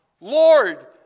Lord